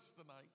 tonight